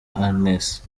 agnes